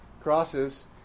crosses